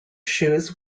shoes